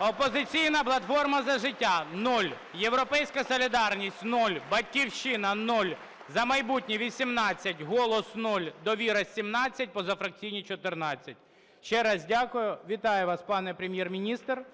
"Опозиційна платформа - За життя" – 0, "Європейська солідарність" – 0, "Батьківщина" – 0, "За майбутнє" – 18, "Голос" – 0, "Довіра" – 17, позафракційні – 14. Ще раз дякую. Вітаю вас, пане Прем'єр-міністр.